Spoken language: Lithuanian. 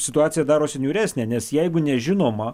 situacija darosi niūresnė nes jeigu nežinoma